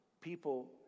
People